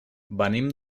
venim